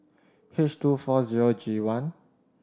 H two four zero G one